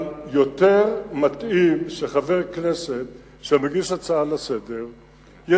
אבל יותר מתאים שחבר כנסת שמגיש הצעה לסדר-היום